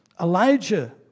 Elijah